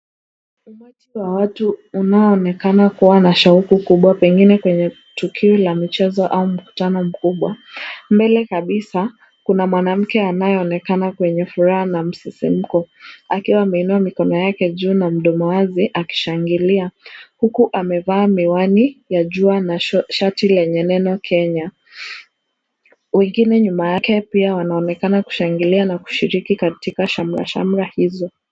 Umati wa watu unaoonekana kuwa na shauku kubwa pengine kwenye tukio la michezo au mkutano mkubwa. Mbele kabisa kuna mwanamke anayeonekana kwenye furaha na msisimuko, akiwa ameinuwa mikono yake juu na mdomo wazi akishangilia huku amevaa miwani ya jua na shati lenye neno Kenya. Wengine nyuma yake pia wanaonekana kushangilia na kushiriki katika shamrashamra hizo.